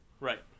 Right